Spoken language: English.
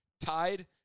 tied